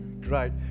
Great